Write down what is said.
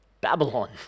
Babylon